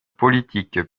politique